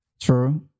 true